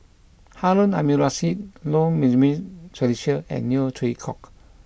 Harun Aminurrashid Low Jimenez Felicia and Neo Chwee Kok